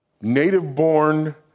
native-born